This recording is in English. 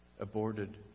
aborted